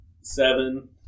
Seven